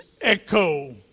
echo